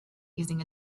using